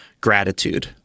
gratitude